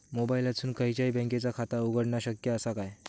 मोबाईलातसून खयच्याई बँकेचा खाता उघडणा शक्य असा काय?